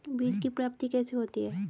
बीज की प्राप्ति कैसे होती है?